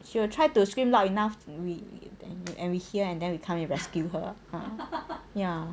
she will try to scream loud enough and we hear and then we will come in and rescue her ya